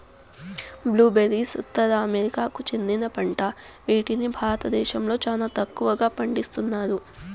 blue బెర్రీలు ఉత్తర అమెరికాకు చెందిన పంట వీటిని భారతదేశంలో చానా తక్కువగా పండిస్తన్నారు